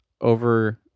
over